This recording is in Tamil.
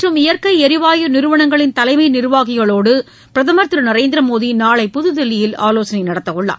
மற்றும் இயற்கைஎரிவாயு நிறுவனங்களின் தலைமைநிர்வாகிகளோடுபிரதமர் எண்ணெய் திருநரேந்திரமோடிநாளை புதுதில்லியில் ஆலோசனைநடத்தவுள்ளார்